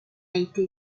été